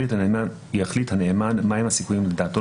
יחליט הנאמן מה הם הסיכויים לדעתו